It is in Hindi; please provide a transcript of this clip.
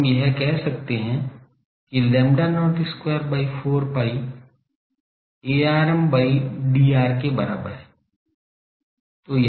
तो हम यह कह सकते हैं कि lambda not square by 4 pi Arm by Dr के बराबर है